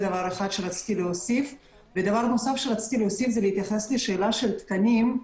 דבר נוסף זה התייחסות לשאלה של התקנים,